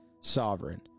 sovereign